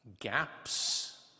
gaps